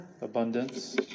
Abundance